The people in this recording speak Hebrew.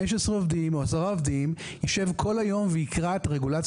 עובדים או 10 עובדים יישב כל היום ויקרא את הרגולציה